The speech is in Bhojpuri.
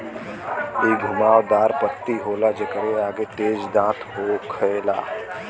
इ घुमाव दार पत्ती होला जेकरे आगे तेज दांत होखेला